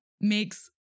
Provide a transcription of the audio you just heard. makes